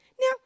Now